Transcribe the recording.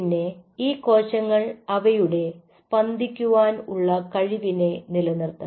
പിന്നെ ഈ കോശങ്ങൾ അവയുടെ സ്പന്ദിക്കുവാൻ ഉള്ള കഴിവിനെ നിലനിർത്തണം